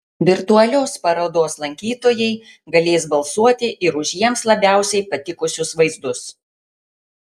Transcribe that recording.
virtualios parodos lankytojai galės balsuoti ir už jiems labiausiai patikusius vaizdus